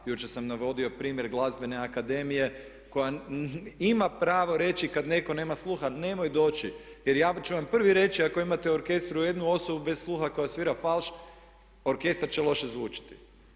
Jučer sam navodio primjer Glazbene akademije koja ima pravo reći kad netko nema sluha nemoj doći jer ja ću vam prvi reći ako imate u orkestru jednu osobu bez sluha koja svira falš orkestar će loše zvučati.